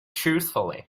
truthfully